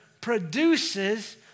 produces